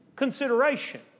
consideration